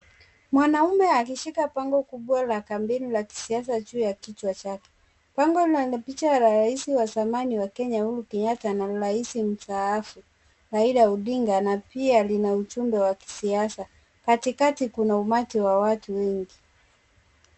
Mwanaume akishika bango kubwa la campaign la kisiasa juu chake. Bango lenye rais wa zamani wa kenya Uhuru Kenyatta na rais mstaafu Raila Odinga na pia lina ujumbe wa kisiasa. Katikati kuna umati wa watu wengi.